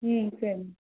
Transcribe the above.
ம் சரி